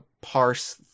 parse